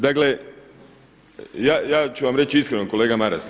Dakle, ja ću vam reći iskreno kolega Maras.